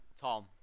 Tom